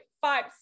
five